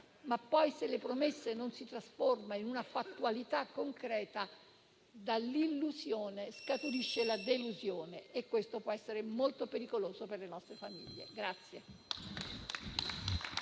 ma se queste non si trasformano in una fattualità concreta, dall'illusione scaturisce la delusione, e questo può essere molto pericoloso per le nostre famiglie.